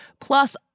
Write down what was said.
plus